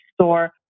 store